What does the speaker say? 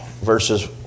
verses